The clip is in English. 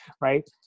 right